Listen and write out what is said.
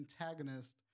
antagonist